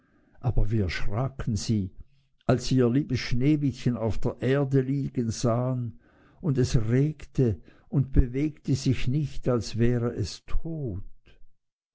aber wie erschraken sie als sie ihr liebes sneewittchen auf der erde liegen sahen und es regte und bewegte sich nicht als wäre es tot